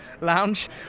lounge